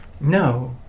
No